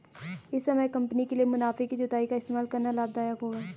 इस समय कंपनी के लिए मुनाफे की जुताई का इस्तेमाल करना लाभ दायक होगा